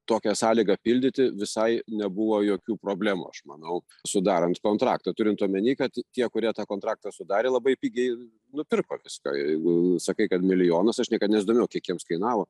tokią sąlygą pildyti visai nebuvo jokių problemų aš manau sudarant kontraktą turint omeny kad tie kurie tą kontraktą sudarė labai pigiai nupirko viską jeigu sakai kad milijonas aš niekad nesidomėjau kiek jiems kainavo